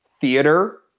theater